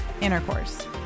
intercourse